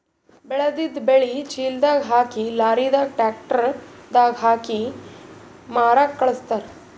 ಬೆಳೆದಿದ್ದ್ ಬೆಳಿ ಚೀಲದಾಗ್ ಹಾಕಿ ಲಾರಿದಾಗ್ ಟ್ರ್ಯಾಕ್ಟರ್ ದಾಗ್ ಹಾಕಿ ಮಾರಕ್ಕ್ ಖಳಸ್ತಾರ್